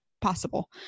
possible